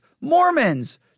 Mormons